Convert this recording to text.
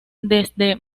desde